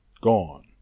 gone